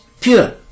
pure